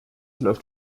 läuft